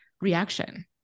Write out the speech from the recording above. reaction